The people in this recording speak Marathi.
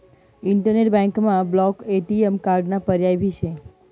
इंटरनेट बँकमा ब्लॉक ए.टी.एम कार्डाना पर्याय भी शे